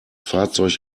fahrzeug